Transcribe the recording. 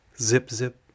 Zip-zip